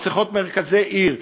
הן צריכות מרכזי עיר,